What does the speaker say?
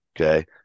Okay